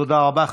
תודה רבה.